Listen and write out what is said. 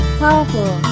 powerful